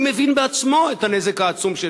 הוא מבין בעצמו את הנזק העצום,